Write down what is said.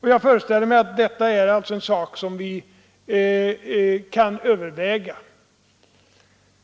Och jag föreställer mig att detta är en sak som vi kan överväga.